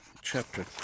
chapter